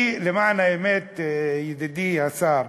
אני, למען האמת, ידידי השר,